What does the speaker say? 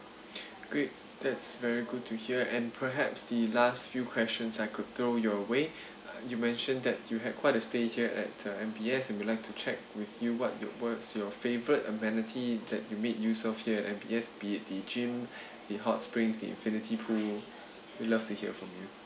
great that's very good to hear and perhaps the last few questions I could throw your way uh you mentioned that you had quite a stay here at the M_B_S and we would like to check with you what your what's your favourite amenity that you made use of here at M_B_S be it the gym the hot springs the infinity pool we'd love to hear from you